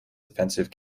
defensive